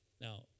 Now